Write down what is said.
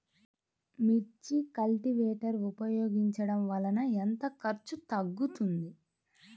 మిర్చి కల్టీవేటర్ ఉపయోగించటం వలన ఎంత ఖర్చు తగ్గుతుంది?